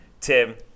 Tim